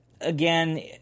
again